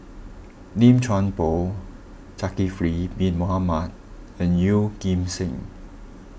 Lim Chuan Poh Zulkifli Bin Mohamed and Yeoh Ghim Seng